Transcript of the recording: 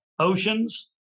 Oceans